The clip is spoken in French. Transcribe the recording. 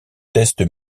tests